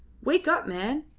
wake up, man.